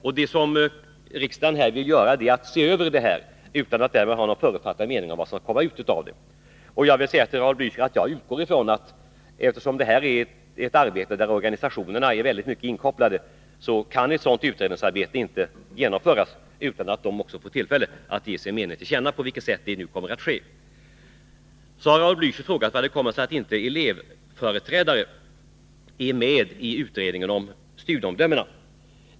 Vad riksdagen här vill göra är att se över detta utan att därmed ha någon förutfattad mening om vad som kan komma ut av det. Jag vill säga till Raul Blächer att jag, eftersom detta är ett arbete där organisationerna i stor utsträckning är inkopplade, utgår från att ett sådant utredningsarbete inte kan genomföras utan att organisationerna får tillfälle att ge sin mening till känna — på vilket sätt det nu kommer att ske. Raul Blächer frågade också hur det kommer sig att inte elevföreträdare är med i utredningen om studieomdömena.